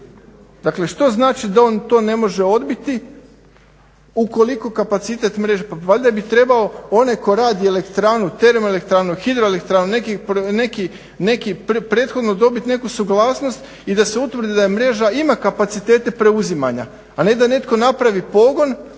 Dakle, što znači da on to ne može odbiti ukoliko kapacitet mreže, pa valjda bi trebao onaj tko radi elektranu, termoelektranu, hidroelektranu neki prethodno dobiti neku suglasnost i da se utvrdi da mreža ima kapacitete preuzimanja, a ne da netko napravi pogon